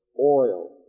oil